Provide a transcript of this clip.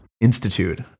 Institute